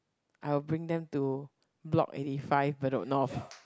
I will bring them to block eighty five Bedok-North